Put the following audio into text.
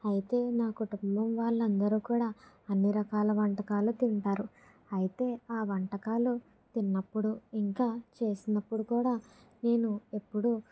అయితే నా కుటుంబం వాళ్లు అందరూ కూడా అన్ని రకాల వంటకాలు తింటారు అయితే ఆ వంటకాలు తిన్నప్పుడు ఇంకా చేసినప్పుడు కూడా నేను ఎప్పుడు